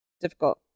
difficult